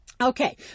okay